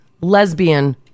lesbian